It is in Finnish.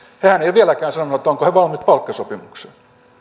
hehän eivät ole vieläkään sanoneet ovatko he valmiit palkkasopimukseen